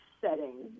setting